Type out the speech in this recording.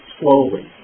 slowly